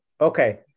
okay